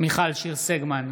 מיכל שיר סגמן,